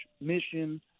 mission